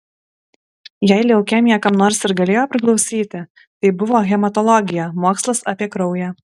jei leukemija kam nors ir galėjo priklausyti tai buvo hematologija mokslas apie kraują